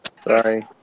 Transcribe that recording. Sorry